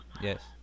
Yes